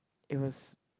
it was